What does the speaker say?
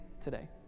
today